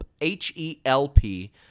H-E-L-P